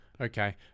Okay